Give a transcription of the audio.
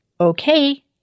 Okay